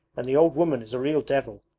and the old woman is a real devil.